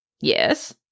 Yes